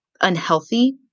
unhealthy